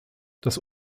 das